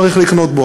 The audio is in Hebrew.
צריך לקנות בו.